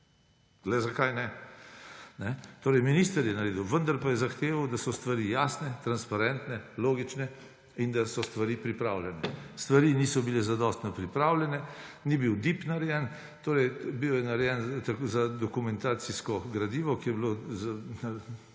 Le zakaj ne? Torej minister je naredil, vendar pa je zahteval, da so stvari jasne, transparentne, logične in da so stvari pripravljene. Stvari niso bile zadostno pripravljene, ni bil DIIP narejen. Torej, bil je narejen za dokumentacijsko gradivo, ki je bilo